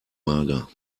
mager